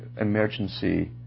emergency